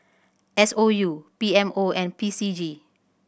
S O U P M O and P C G